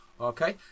okay